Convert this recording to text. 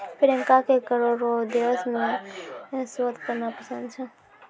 प्रियंका के करो रो उद्देश्य मे शोध करना पसंद छै